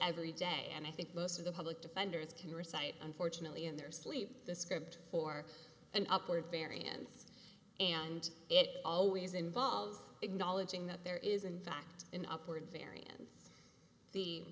every day and i think most of the public defenders can recite unfortunately in their sleep the script for an upward variance and it always involves acknowledging that there is in fact an upward variant the